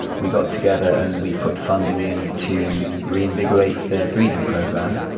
we got together and we put funding in to reinvigorate their breeding program.